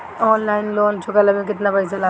Online loan चुकवले मे केतना पईसा लागत बा?